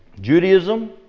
Judaism